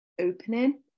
opening